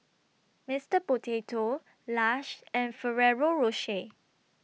Mister Potato Lush and Ferrero Rocher